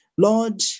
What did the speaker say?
Lord